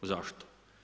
Zašto?